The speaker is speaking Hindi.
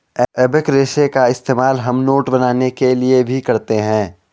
एबेक रेशे का इस्तेमाल हम नोट बनाने के लिए भी करते हैं